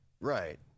Right